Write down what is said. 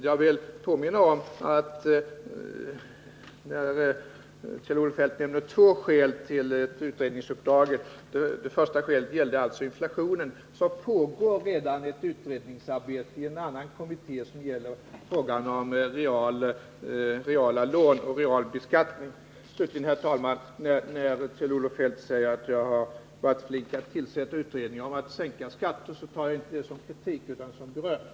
Med anledning av att Kjell-Olof Feldt nämnde två skäl till utredningsuppdraget — det första var alltså inflationen — vill jag framhålla att det redan pågår ett utredningsarbete i en annan kommitté som gäller frågan om reala lån och real beskattning. Slutligen, herr talman, när Kjell-Olof Feldt sade att jag har varit flink när det gäller att tillsätta utredningar för att sänka skatterna tar jag inte detta som kritik utan som beröm.